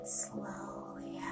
slowly